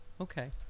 okay